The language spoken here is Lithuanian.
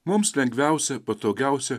mums lengviausia patogiausia